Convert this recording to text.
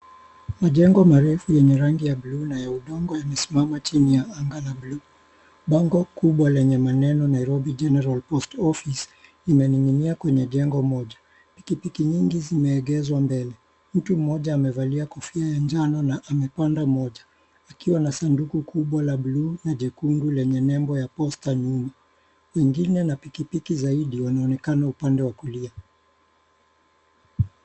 Majengo marefu yenye rangi ya buluu na ya udongo yamesimama chini ya anga la buluu. Bango kubwa lenye maneno NAIROBI GENERAL POST OFFICE limening'inia kwenye jengo moja. Pikipiki nyingi zimeegeshwa mbele. Mtu mmoja amevalia kofia ya njano na amepanda moja akiwa na sanduku kubwa la buluu na jekundu lenye nembo ya "POSTA" nyuma wengine na pikipiki zaidi wanaonekana upande wa kulia.